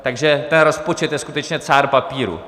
Takže ten rozpočet je skutečně cár papíru.